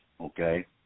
okay